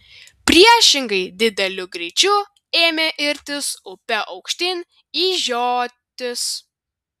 priešingai dideliu greičiu ėmė irtis upe aukštyn į žiotis